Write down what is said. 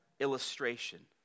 illustration